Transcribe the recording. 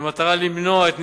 במטרה למנוע את ניצולם,